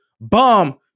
bomb